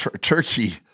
turkey